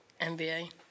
NBA